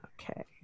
okay